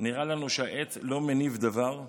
נראה לנו שהעץ לא מניב דבר,